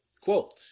Quote